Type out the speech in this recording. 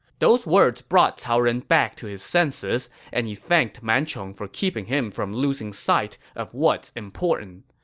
those words brought cao ren back to his senses, and he thanked man chong for keeping him from losing sight of what's important.